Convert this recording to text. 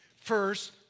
First